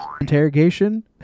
interrogation